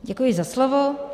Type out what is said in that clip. Děkuji za slovo.